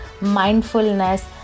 mindfulness